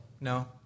No